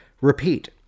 repeat